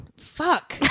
fuck